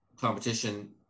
competition